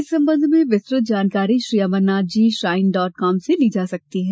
इस संबंध में विस्तृत जानकारी Shri Amarnath ji shrine dot com से ली जा सकती है